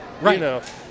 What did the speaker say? Right